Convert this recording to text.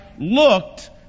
looked